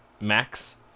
max